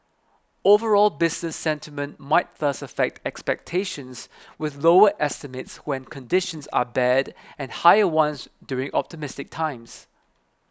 overall business sentiment might thus affect expectations with lower estimates when conditions are bad and higher ones during optimistic times